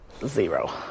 zero